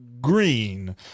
green